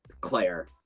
Claire